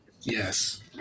Yes